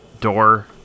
door